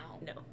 no